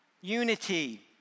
Unity